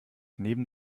neben